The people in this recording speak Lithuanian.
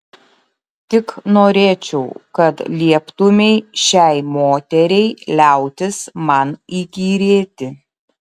tik norėčiau kad lieptumei šiai moteriai liautis man įkyrėti